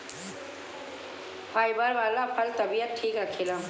fibre वाला फल तबियत ठीक रखेला